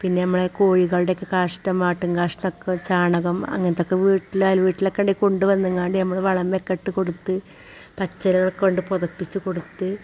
പിന്നെ നമ്മളെ കോഴികളുടെ ഒക്കെ കാഷ്ടം ആട്ടും കാഷ്ടം ഒക്കെ ചാണകം അങ്ങനത്തെ ഒക്കെ വീട്ടിൽ അയൽ വീട്ടിലൊക്കെ ഉണ്ടേൽ കൊണ്ടു വന്നിങ്ങാണ്ട് വളം വേകട്ട് കൊടുത്ത് പച്ച ഇലകൾ കൊണ്ട് പുതപ്പിച്ചു കൊടുത്ത്